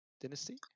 Dynasty